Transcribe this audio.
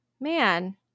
Man